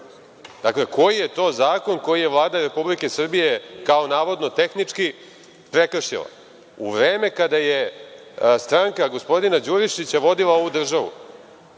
Dakle, koji je to zakon koji je Vlada Republike Srbije kao navodno tehnički prekršila? U vreme kada je stranka gospodina Đurišića vodila ovu državu